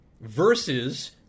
versus